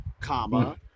comma